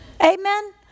Amen